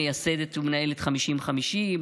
מייסדת ומנהלת 50:50,